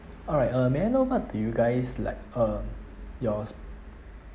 alright uh may I know what do you guys like uh yours